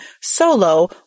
solo